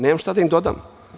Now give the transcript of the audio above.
Nemam šta da im dodam.